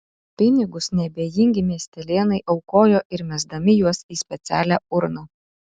pinigus neabejingi miestelėnai aukojo ir mesdami juos į specialią urną